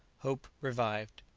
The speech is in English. hope revived.